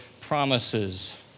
promises